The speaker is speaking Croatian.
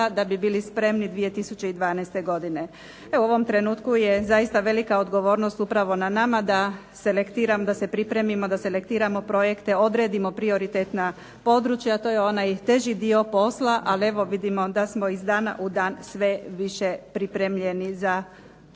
da bi bili spremni 2012. godine. U ovom trenutku je zaista velika odgovornost upravo na nama da selektiramo da pripremimo da selektiramo projekte, odredimo prioritetna područja. To je onaj teži dio posla. Ali vidimo da smo iz dana u dan sve više pripremljeni za takve